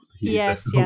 Yes